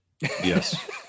Yes